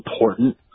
important